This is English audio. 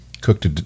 cooked